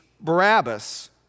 Barabbas